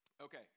Okay